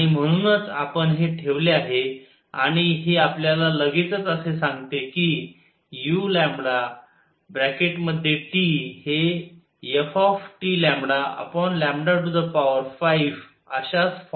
आणि म्हणूनच आपण हे ठेवले आहे आणि हे आपल्याला लगेचच असे सांगते की u हे fT5 अश्याच फॉर्म चे आहे